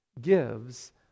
gives